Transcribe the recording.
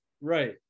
Right